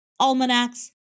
almanacs